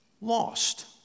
lost